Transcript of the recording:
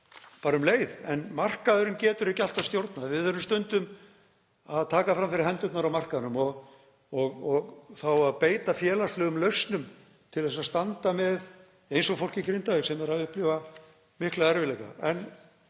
bara um leið. Markaðurinn getur ekki alltaf stjórnað. Við þurfum stundum að taka fram fyrir hendurnar á markaðnum og það á að beita félagslegum lausnum til að standa með fólki eins og í Grindavík sem er að upplifa mikla erfiðleika.